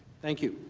thank you